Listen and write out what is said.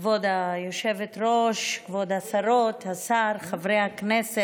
כבוד היושבת-ראש, כבוד השרות, השר, חברי הכנסת,